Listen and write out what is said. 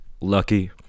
lucky